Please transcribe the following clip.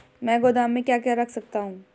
मैं गोदाम में क्या क्या रख सकता हूँ?